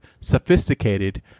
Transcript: sophisticated